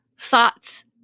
thoughts